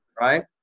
right